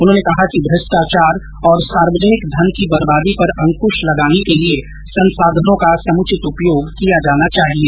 उन्होंने कहा कि भ्रष्टाचार और सार्वजनिक धन की बर्बादी पर अंकुश लगाने के लिए संसाधनों का समुचित उपयोग किया जाना चाहिए